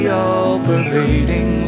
all-pervading